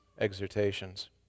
exhortations